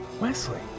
Wesley